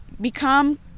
become